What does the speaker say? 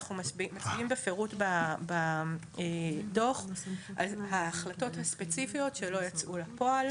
אנחנו מצביעים בפירוט בדוח על ההחלטות הספציפיות שלא יצאו לפועל.